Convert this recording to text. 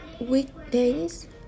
weekdays